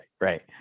right